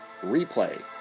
replay